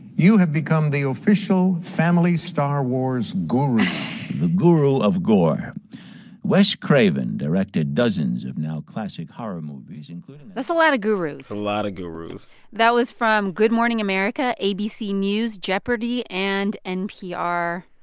you have become the official family star wars guru the guru of gore wes craven directed dozens of now-classic horror movies, including. that's a lot of gurus a lot of gurus that was from good morning america, abc news, jeopardy! and npr.